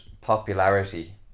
popularity